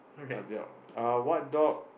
a dog uh what dog